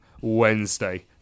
Wednesday